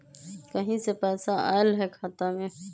कहीं से पैसा आएल हैं खाता में?